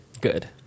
Good